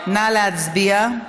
נא להצביע.